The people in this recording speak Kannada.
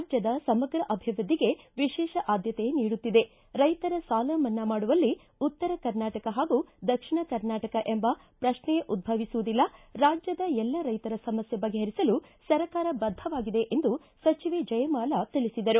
ರಾಜ್ಯದ ಸಮಗ್ರ ಅಭಿವೃದ್ದಿಗೆ ವಿಶೇಷ ಆದ್ದತೆ ನೀಡುತ್ತಿದೆ ರೈತರ ಸಾಲ ಮನ್ನಾ ಮಾಡುವಲ್ಲಿ ಉತ್ತರ ಕರ್ನಾಟಕ ಹಾಗೂ ದಕ್ಷಿಣ ಕರ್ನಾಟಕ ಎಂಬ ಶ್ರಕ್ನೆಯೇ ಉದ್ದವಿಸುವುದಿಲ್ಲ ರಾಜ್ಯದ ಎಲ್ಲ ರೈತರ ಸಮಸ್ಥೆ ಬಗೆಹರಿಸಲು ಸರ್ಕಾರ ಬದ್ದವಾಗಿದೆ ಎಂದು ಸಚಿವೆ ಜಯಮಾಲಾ ತಿಳಿಸಿದರು